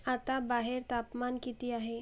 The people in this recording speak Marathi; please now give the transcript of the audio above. आता बाहेर तापमान किती आहे